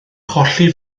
colli